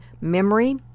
memory